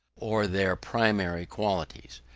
or their primary qualities.